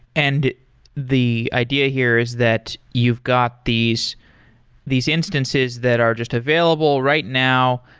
and the idea here is that you've got these these instances that are just available right now.